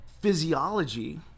physiology